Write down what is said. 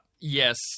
Yes